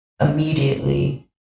immediately